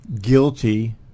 guilty